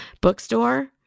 Bookstore